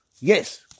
Yes